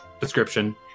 description